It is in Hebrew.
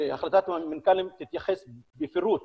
שהחלטת המנכ"לים תתייחס בפירוט